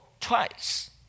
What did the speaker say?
twice